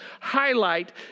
highlight